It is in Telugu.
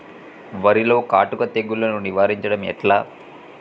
వరిలో కాటుక తెగుళ్లను నివారించడం ఎట్లా?